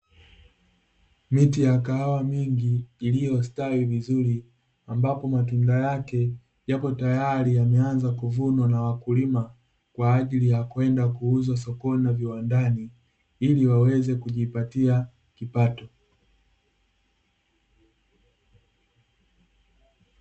Miti ya kahawa mingi iliyositawi vizuri, ambapo matunda yake yapo tayari yameanza kuvunwa na wakulima, kwa ajili ya kwenda kuuzwa sokoni na viwandani, ili waweze kujipatia kipato.